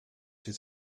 his